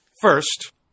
First